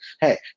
Hey